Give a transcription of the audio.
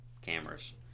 cameras